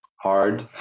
hard